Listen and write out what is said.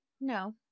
No